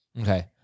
Okay